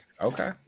Okay